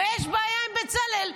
ויש בעיה עם בצלאל,